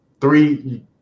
three